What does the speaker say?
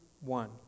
one